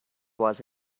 was